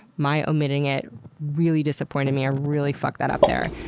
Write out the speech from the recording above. my omitting it really disappointed me. i really fucked that up there.